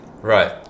Right